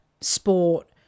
sport